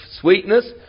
sweetness